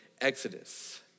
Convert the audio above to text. Exodus